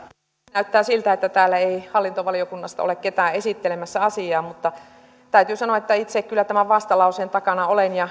näyttää siltä että täällä ei ole hallintovaliokunnasta ketään esittelemässä asiaa mutta täytyy sanoa että itse kyllä tämän vastalauseen takana olen